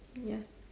ya